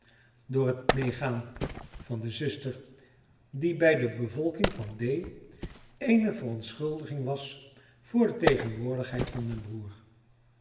door het meegaan van de zuster die bij de bevolking van d eene verontschuldiging was voor de tegenwoordigheid van den broer